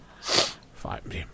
Five